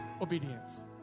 obedience